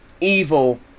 evil